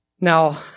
Now